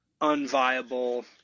unviable